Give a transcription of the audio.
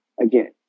again